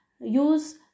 use